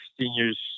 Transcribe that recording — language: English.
seniors